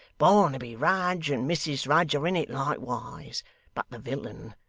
barnaby rudge and mrs rudge are in it likewise but the villain,